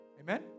Amen